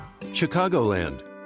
Chicagoland